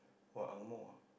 !wah! angmoh ah